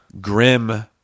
grim